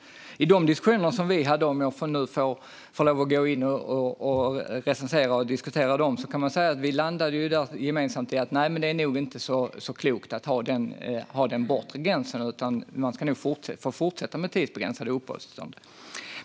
I de diskussioner som vi hade, om jag nu får recensera och diskutera dem, landade vi gemensamt i att det nog inte är så klokt att ha den bortre gränsen utan att man nog ska fortsätta med tidsbegränsade tillstånd.